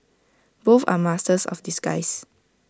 both are masters of disguise